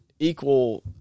equal